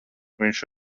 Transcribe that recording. viņš